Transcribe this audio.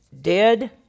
dead